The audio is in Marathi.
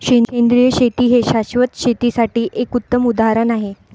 सेंद्रिय शेती हे शाश्वत शेतीसाठी एक उत्तम उदाहरण आहे